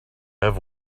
have